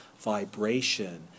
vibration